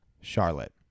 Charlotte